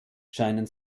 scheinen